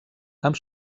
amb